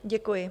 Děkuji.